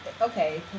okay